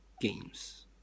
games